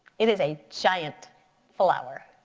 it is a giant flower.